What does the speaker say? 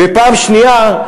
ופעם שנייה,